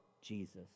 Jesus